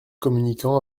communiquant